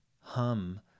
hum